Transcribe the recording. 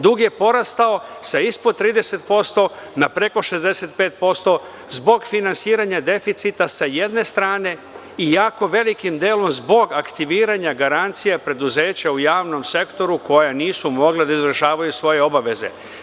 Dug je porastao sa ispod 30% na preko 65% zbog finansiranja deficita sa jedne strane i jako velikim delom zbog aktiviranja garancija preduzeća u javnom sektoru koje nisu mogle da izvršavaju svoje obaveze.